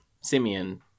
simeon